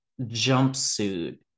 jumpsuit